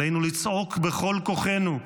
עלינו לצעוק בכל כוחנו,